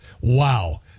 Wow